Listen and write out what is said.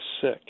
sick